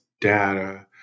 data